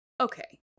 Okay